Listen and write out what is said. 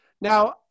Now